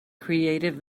creative